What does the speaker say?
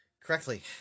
correctly